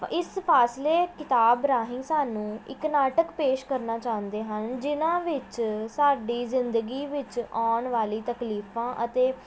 ਇਸ ਫਾਸਲੇ ਕਿਤਾਬ ਰਾਹੀਂ ਸਾਨੂੰ ਇੱਕ ਨਾਟਕ ਪੇਸ਼ ਕਰਨਾ ਚਾਹੁੰਦੇ ਹਨ ਜਿਹਨਾਂ ਵਿੱਚ ਸਾਡੀ ਜ਼ਿੰਦਗੀ ਵਿੱਚ ਆਉਣ ਵਾਲੀ ਤਕਲੀਫਾਂ ਅਤੇ